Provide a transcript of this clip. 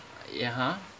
ya ha